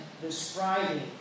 describing